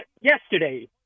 yesterday